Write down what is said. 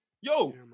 Yo